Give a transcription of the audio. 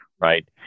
right